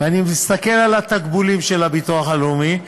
ואני מסתכל על התקבולים של הביטוח הלאומי,